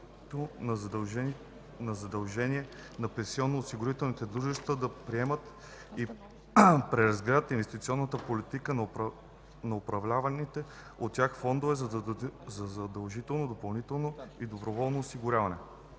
на задължение на пенсионноосигурителните дружества да приемат и преразгледат инвестиционната политика на управляваните от тях фондове за задължително допълнително и доброволно осигуряване.